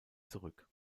zurück